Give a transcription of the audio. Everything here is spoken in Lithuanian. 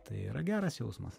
tai yra geras jausmas